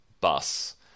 bus